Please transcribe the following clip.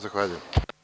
Zahvaljujem.